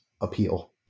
appeal